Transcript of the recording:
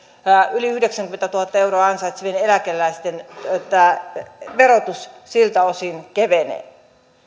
yli yhdeksänkymmentätuhatta euroa ansaitsevien eläkeläisten verotus siltä osin kevenee